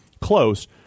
close